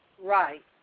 Right